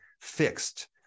fixed